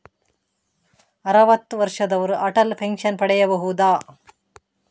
ಅರುವತ್ತು ವರ್ಷದವರು ಅಟಲ್ ಪೆನ್ಷನ್ ಪಡೆಯಬಹುದ?